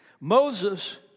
Moses